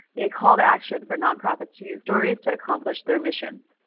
a call to action for nonprofits to use stories to accomplish their mission.